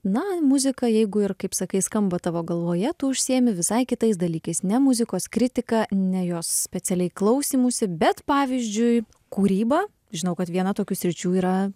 na muzika jeigu ir kaip sakai skamba tavo galvoje tu užsiėmi visai kitais dalykais ne muzikos kritika ne jos specialiai klausymusi bet pavyzdžiui kūryba žinau kad viena tokių sričių yra